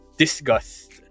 Disgust